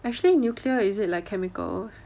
actually nuclear is it like chemicals